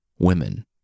women